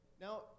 Now